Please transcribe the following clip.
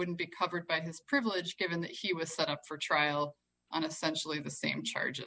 wouldn't be covered by his privilege given that she was set up for trial on essential in the same charge